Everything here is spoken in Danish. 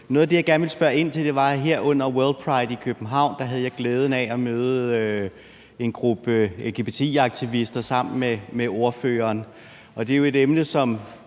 Noget af det, jeg gerne vil spørge ind til, var, at her under WorldPride i København havde jeg glæden af at møde en gruppe lgbti-aktivister sammen med ordføreren, og det er jo et emne, som